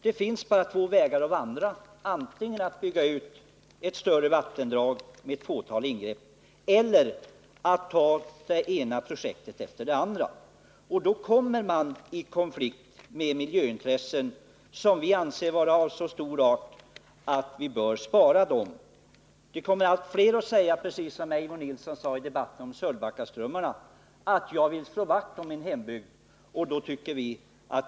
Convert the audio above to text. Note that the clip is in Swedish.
Det finns bara två vägar att vandra — antingen att bygga ut ett större vattendrag med ett fåtal ingrepp eller också att ta det ena projektet efter det andra. Väljer man den andra vägen, kommer man i konflikt med miljöintressena. Dessa intressen anser vi vara av så stor vikt att vi bör ta hänsyn till dem. Allt fler kommer att säga samma sak som Eivor Nilson sade i debatten om Sölvbackaströmmarna: Jag vill slå vakt om min hembygd.